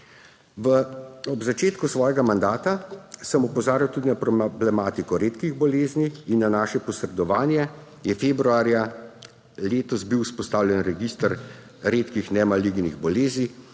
Ob začetku svojega mandata sem opozarjal tudi na problematiko redkih bolezni in na naše posredovanje je februarja letos bil vzpostavljen register redkih nemalignih bolezni.